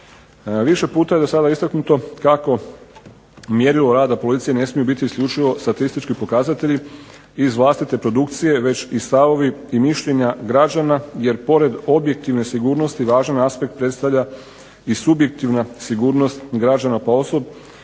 Više puta je do sada istaknuto kako mjerilo rada policije ne smiju biti isključivo statistički pokazatelji iz vlastite produkcije već i stavovi i mišljenja građana. Jer pored objektivne sigurnosti važan aspekt predstavlja i subjektivna sigurnost građana ponaosob